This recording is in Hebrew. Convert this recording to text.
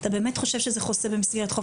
אתה באמת חושב שזה חוסה במסגרת חופש הביטוי?